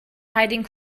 hiding